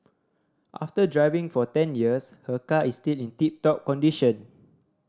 after driving for ten years her car is still in tip top condition